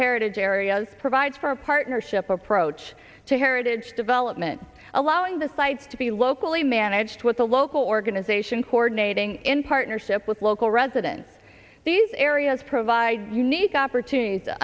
heritage areas provide for a partnership approach to heritage development allowing the sites to be locally managed with the local organization coordinating in partnership with local residents these areas provide unique opportunities to